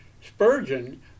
Spurgeon